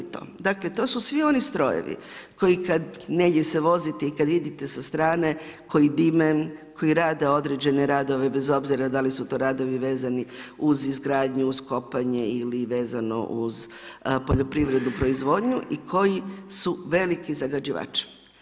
Dakle, to su svi oni strojevi, koji kad negdje se vozite i kad vidite sa srane, koji dime, koji rade određene radove, bez obzira da li su to radovi vezani uz izgradnju, uz kopanje ili vezano uz poljoprivredu, proizvodnju i koji su veliki zagađivač.